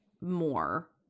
more